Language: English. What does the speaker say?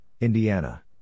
Indiana